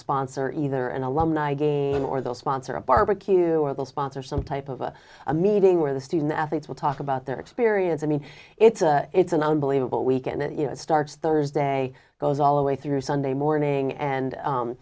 sponsor either an alumni game or they'll sponsor a barbecue or they'll sponsor some type of a meeting where the student athletes will talk about their experience i mean it's a it's an unbelievable week and it you know it starts thursday goes all the way through sunday morning and